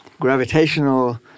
gravitational